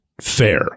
fair